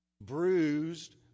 Bruised